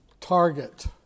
Target